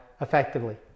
effectively